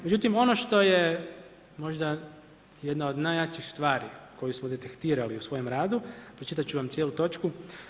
Međutim, ono što je možda jedna od najjačih stvari, koju smo detektirali u cijelom radu, pročitati ću vam cijelu točku.